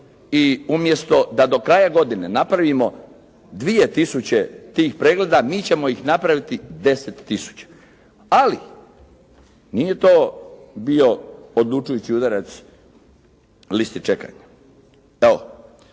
i umjesto da do kraja godine napravimo dvije tisuće tih pregleda mi ćemo ih napraviti 10 tisuća. Ali nije to bio odlučujući udarac listi čekanja. Evo